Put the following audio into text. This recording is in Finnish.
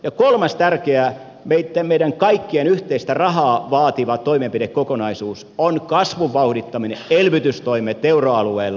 ja kolmas tärkeä meidän kaikkien yhteistä rahaamme vaativa toimenpidekokonaisuus on kasvun vauhdittaminen elvytystoimet euroalueella